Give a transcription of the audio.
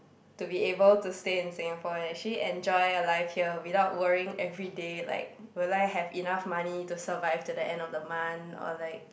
to be able to stay in Singapore and actually enjoy your life here without worrying everyday like will I have enough money to survive to the end of the month or like